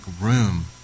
room